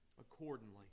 accordingly